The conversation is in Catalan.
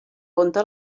compte